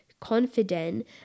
confident